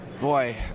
Boy